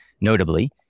notably